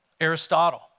Aristotle